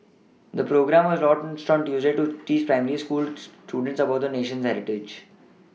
the programme was launched Tuesday to teach primary school students about the nation's heritage